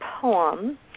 poem